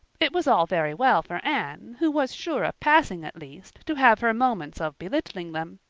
it was all very well for anne, who was sure of passing at least, to have her moments of belittling them,